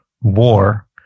war